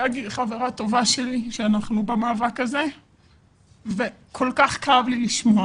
חברה טובה שלי ואנחנו במאבק הזה וכל כך כאב לי לשמוע